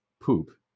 poop